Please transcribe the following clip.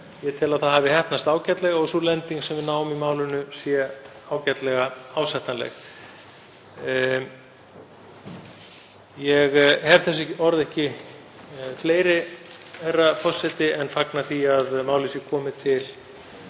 Ég tel að það hafi heppnast ágætlega og að sú lending sem við náum í málinu sé ágætlega ásættanleg. Ég hef þessi orð ekki fleiri, herra forseti, en fagna því að málið sé komið til